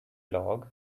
log